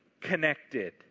connected